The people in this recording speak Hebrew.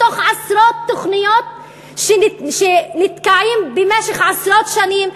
מתוך עשרות תוכניות שנתקעות במשך עשרות שנים,